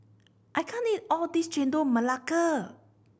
I can't eat all of this Chendol Melaka